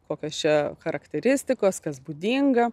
kokios čia charakteristikos kas būdinga